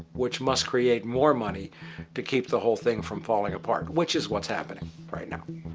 which must create more money to keep the whole thing from falling apart, which is what's happening right now.